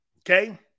Okay